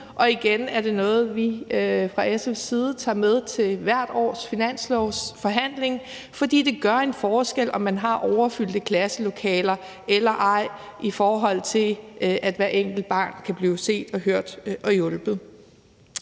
Igen er det noget, vi fra SF's side tager med til hvert års finanslovsforhandling, fordi det gør en forskel, om man har overfyldte klasselokaler eller ej, i forhold til at hvert enkelt barn kan blive set, hørt og hjulpet.